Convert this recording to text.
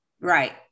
Right